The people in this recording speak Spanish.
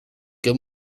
que